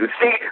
See